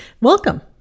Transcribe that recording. Welcome